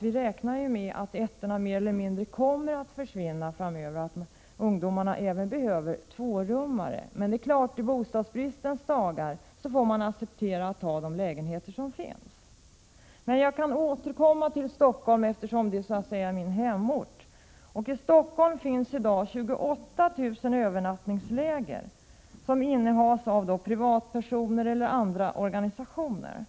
räknar vi med att ettorna mer eller mindre kommer att försvinna. Även ungdomarna behöver tvårummare. Men det är klart att i bostadsbristens dagar får man acceptera att ta de lägenheter som finns. Jag kan återkomma till Stockholm, eftersom det är min hemort. I Stockholm finns i dag 28 000 övernattningslägenheter som innehas av privatpersoner eller organisationer.